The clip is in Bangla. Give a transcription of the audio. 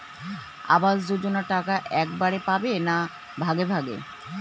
আবাস যোজনা টাকা একবারে পাব না ভাগে ভাগে?